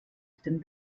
den